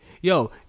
Yo